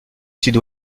sud